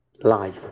life